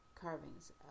carvings